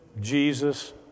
Jesus